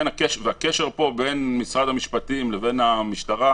והקשר פה בין משרד המשפטים לבין המשטרה,